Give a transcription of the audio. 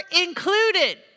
included